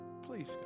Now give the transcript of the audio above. Please